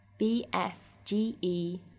bsge